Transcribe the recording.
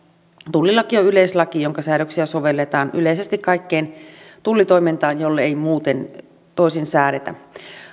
tullilaki on yleislaki jonka säädöksiä sovelletaan yleisesti kaikkeen tullitoimintaan jollei muuten toisin säädetä